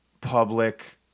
public